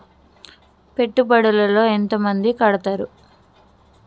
పెట్టుబడుల లో ఎంత మంది కడుతరు?